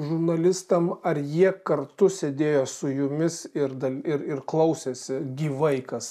žurnalistam ar jie kartu sėdėjo su jumis ir ir ir klausėsi gyvai kas